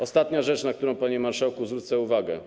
Ostatnia rzecz, na którą, panie marszałku, zwrócę uwagę.